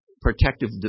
protective